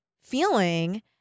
feeling